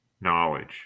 knowledge